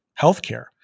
Healthcare